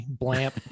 blamp